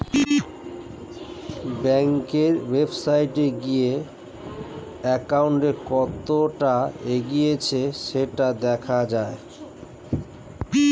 ব্যাংকের ওয়েবসাইটে গিয়ে অ্যাকাউন্ট কতটা এগিয়েছে সেটা দেখা যায়